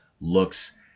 looks